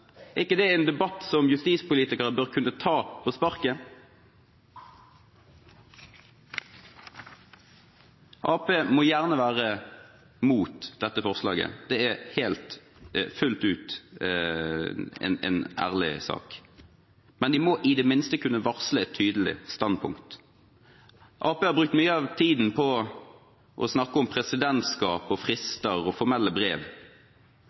Er ikke det en debatt som justispolitikere bør kunne ta på sparket? Arbeiderpartiet må gjerne være mot dette forslaget, det er fullt ut en ærlig sak. Men de må i det minste kunne varsle et tydelig standpunkt. Arbeiderpartiet har brukt mye av tiden på å snakke om presidentskap og frister og formelle brev,